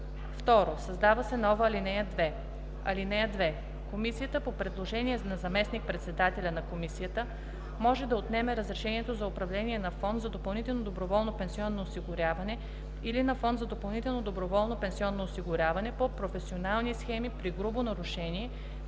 2. Създава се нова ал. 2: „(2) Комисията по предложение на заместник-председателя на Комисията може да отнеме разрешението за управление на фонд за допълнително доброволно пенсионно осигуряване или на фонд за допълнително доброволно пенсионно осигуряване по професионални схеми при грубо нарушение